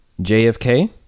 JFK